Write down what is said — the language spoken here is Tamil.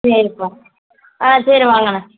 சரிப்பா ஆ சரி வாங்கண்ணா